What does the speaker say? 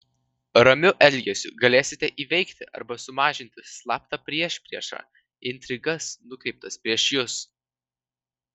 ramiu elgesiu galėsite įveikti arba sumažinti slaptą priešpriešą intrigas nukreiptas prieš jus